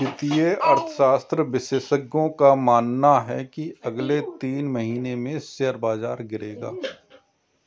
वित्तीय अर्थशास्त्र विशेषज्ञों का मानना है की अगले तीन महीने में शेयर बाजार गिरेगा